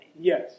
Yes